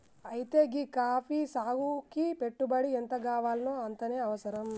అయితే గీ కాఫీ సాగుకి పెట్టుబడి ఎంతగావాల్నో అంతనే అవసరం